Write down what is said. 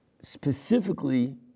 specifically